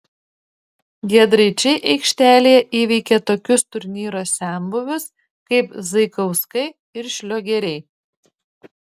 giedraičiai aikštelėje įveikė tokius turnyro senbuvius kaip zaikauskai ir šliogeriai